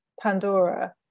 Pandora